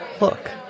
Look